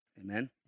Amen